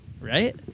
right